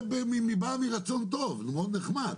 זה בא מרצון טוב וזה מאוד נחמד,